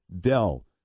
Dell